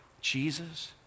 Jesus